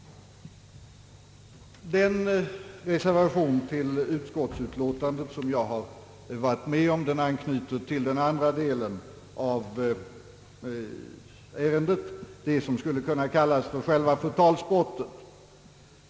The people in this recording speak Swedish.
Den reservation till utskottsutlåtandet som jag har varit med om anknyter till ärendets andra del, det som skulle kunna kallas själva förtalsbrottet.